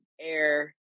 air